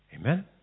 amen